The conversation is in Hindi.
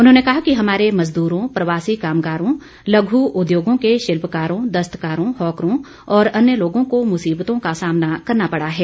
उन्होंने कहा कि हमारे मजदूरों प्रवासी कामगारों लघु उद्योगों के शिल्पकारों दस्तकारों हॉकरों और अन्य लोगों को मुसीबतों का सामना करना पड़ा है